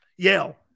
Yale